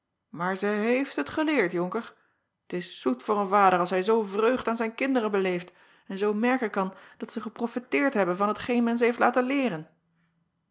aar zij heeft het geleerd onker t s zoet voor een vader als hij zoo vreugd aan zijn kinderen beleeft en zoo merken kan dat ze geproffeteerd hebben van hetgeen men ze heeft laten leeren